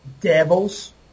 devils